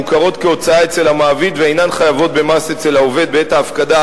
מוכרות כהוצאה אצל המעביד ואינן חייבות במס אצל העובד בעת ההפקדה,